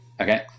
Okay